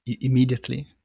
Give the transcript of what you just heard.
immediately